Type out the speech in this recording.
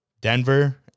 Denver